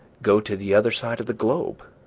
go to the other side of the globe,